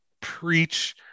preach